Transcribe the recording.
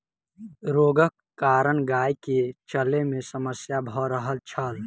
रोगक कारण गाय के चलै में समस्या भ रहल छल